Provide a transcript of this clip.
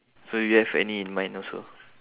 so you have any in mind also